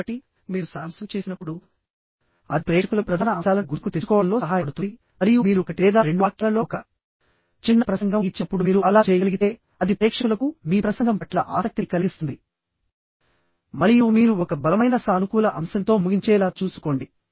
కాబట్టి మీరు సారాంశం చేసినప్పుడు అది ప్రేక్షకులకు ప్రధాన అంశాలను గుర్తుకు తెచ్చుకోవడంలో సహాయపడుతుంది మరియు మీరు ఒకటి లేదా రెండు వాక్యాలలో ఒక చిన్న ప్రసంగం ఇచ్చినప్పుడు మీరు అలా చేయగలిగితే అది ప్రేక్షకులకు మీ ప్రసంగం పట్ల ఆసక్తిని కలిగిస్తుంది మరియు మీరు ఒక బలమైన సానుకూల అంశంతో ముగించేలా చూసుకోండి